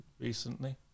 recently